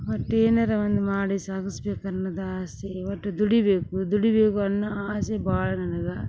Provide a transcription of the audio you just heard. ಮತ್ತು ಏನಾರ ಒಂದು ಮಾಡಿ ಸಾಗಸ್ಬೇಕು ಅನ್ನೋದೇ ಆಸೆ ಒಟ್ಟು ದುಡಿಯಬೇಕು ದುಡಿಯಬೇಕು ಅನ್ನೋ ಆಸೆ ಭಾಳ ನನಗೆ